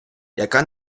яка